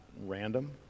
random